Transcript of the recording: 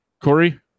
Corey